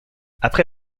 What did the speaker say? après